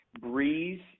Breeze